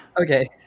Okay